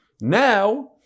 Now